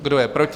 Kdo je proti?